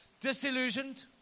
disillusioned